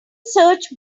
search